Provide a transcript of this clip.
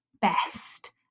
best